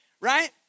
Right